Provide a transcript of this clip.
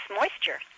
moisture